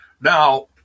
Now